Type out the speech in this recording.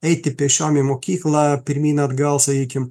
eiti pėsčiom į mokyklą pirmyn atgal sakykim